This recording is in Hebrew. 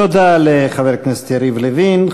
תודה לחבר הכנסת יריב לוין.